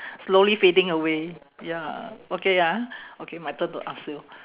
slowly fading away ya okay ya okay my turn to ask you